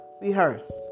rehearsed